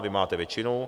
Vy máte většinu.